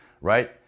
right